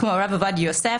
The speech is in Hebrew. כמו הרב עובדיה יוסף,